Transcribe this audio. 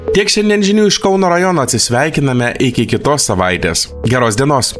tiek šiandien žinių iš kauno rajono atsisveikiname iki kitos savaitės geros dienos